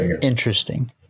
Interesting